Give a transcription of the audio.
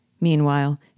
Meanwhile